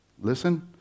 listen